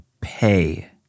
pay